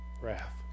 Wrath